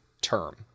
term